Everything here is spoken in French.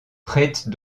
prête